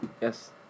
Yes